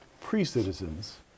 pre-citizens